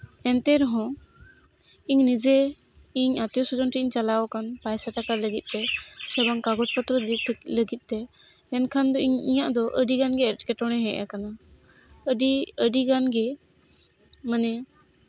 ᱮᱱᱛᱮ ᱨᱮᱦᱚᱸ ᱤᱧ ᱱᱤᱡᱮ ᱤᱧ ᱟᱛᱛᱤᱭᱚ ᱥᱚᱡᱚᱱ ᱴᱷᱮᱱᱤᱧ ᱪᱟᱞᱟᱣ ᱠᱟᱱ ᱯᱚᱭᱥᱟ ᱴᱟᱠᱟ ᱞᱟᱹᱜᱤᱫᱛᱮ ᱥᱮ ᱵᱟᱝ ᱠᱟᱜᱚᱡᱽ ᱯᱚᱛᱨᱚ ᱡᱩᱛ ᱞᱟᱹᱜᱤᱫ ᱛᱮ ᱢᱮᱱᱠᱷᱟᱱ ᱤᱧᱟᱜ ᱫᱚ ᱟᱹᱰᱤᱜᱟᱱᱜᱮ ᱮᱸᱴᱠᱮᱴᱚᱬᱮ ᱦᱮᱡ ᱟᱠᱟᱱᱟ ᱟᱹᱰᱤ ᱟᱹᱰᱤᱜᱟᱱᱜᱮ ᱢᱟᱱᱮ